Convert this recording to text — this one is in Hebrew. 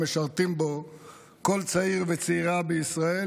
שמשרתים בו כל צעיר וצעירה בישראל,